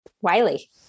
Wiley